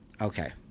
Okay